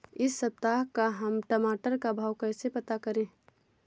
इस सप्ताह का हम टमाटर का भाव कैसे पता करें?